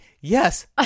Yes